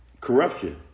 Corruption